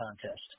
contest